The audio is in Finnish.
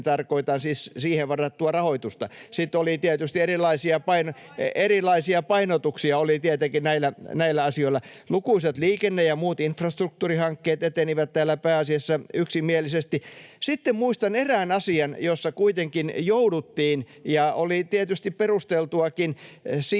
tarkoitan siis niihin varattua rahoitusta. Sitten oli tietysti erilaisia painotuksia näillä asioilla. Lukuisat liikenne- ja muut infrastruktuurihankkeet etenivät täällä pääasiassa yksimielisesti. Sitten muistan erään asian, jossa kuitenkin jouduttiin — ja oli tietysti perusteltuakin —